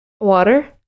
Water